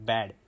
Bad